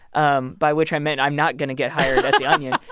um by which i meant i'm not going to get hired at the onion.